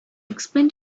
explain